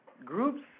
Groups